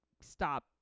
stop